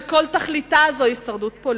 שכל תכליתה זו הישרדות פוליטית.